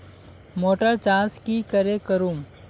Motor चास की करे करूम?